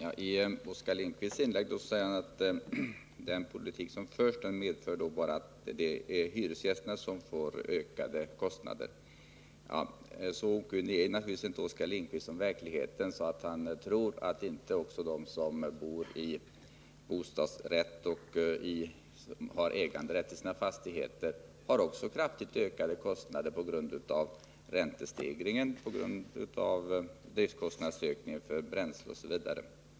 Herr talman! Oskar Lindkvist säger i sitt inlägg att den politik som förs bara medför att hyresgästerna får ökade kostnader. Ja, men så okunnig är naturligtvis inte Oskar Lindkvist om verkligheten att han inte tror att också de som bor i hus med bostadsrätt och de som har äganderätt till sina fastigheter har kraftigt ökade kostnader på grund av räntestegringen, driftkostnadsökningen för bränsle osv.